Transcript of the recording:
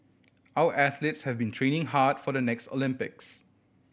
our athletes have been training hard for the next Olympics